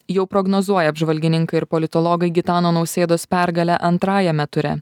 jau prognozuoja apžvalgininkai ir politologai gitano nausėdos pergalę antrajame ture